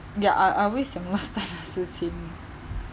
ya I I always 想 last time 的事情